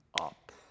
up